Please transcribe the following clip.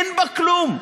אין בה כלום.